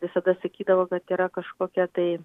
visada sakydavo kad yra kažkokie tai